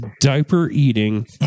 diaper-eating